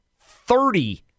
Thirty